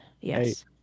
Yes